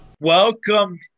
Welcome